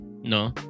No